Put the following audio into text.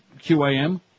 QAM